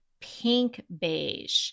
pink-beige